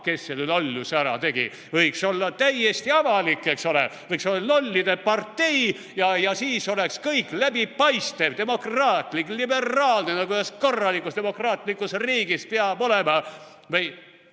kes selle lolluse ära tegi. Võiks olla täiesti avalik, eks ole. Võiks olla lollide partei ja siis oleks kõik läbipaistev, demokraatlik liberaalne, nagu ühes korralikus demokraatlikus riigis peab olema. Või